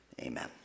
Amen